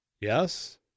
Yes